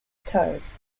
toes